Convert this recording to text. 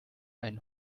einen